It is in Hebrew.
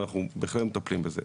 ואנחנו בהחלט מטפלים בזה.